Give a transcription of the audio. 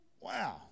Wow